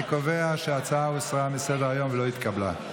אני קובע שההצעה הוסרה מסדר-היום ולא התקבלה.